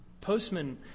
Postman